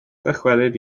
ddychwelyd